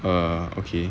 err okay